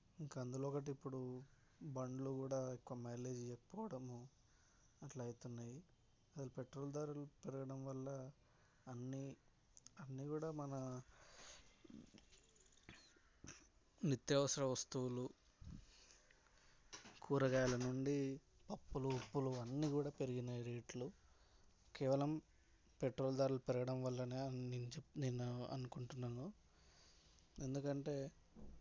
ఇంకా అందులో ఒకటి ఇప్పుడు బండ్లు కూడా మైలేజీ ఎక్కువ అవ్వడము అట్లా అవుతున్నాయి ఈ పెట్రోల్ ధరలు పెరగడం వలన అన్ని అన్ని కూడా మన నిత్యవసర వస్తువులు కూరగాయల నుండి పప్పులు ఉప్పులు అన్నీ కూడా పెరిగినాయి రేట్లు కేవలం పెట్రోల్ ధరల పెరగడం వల్ల అయిందనే నేను అనుకుంటున్నాను ఎందుకంటే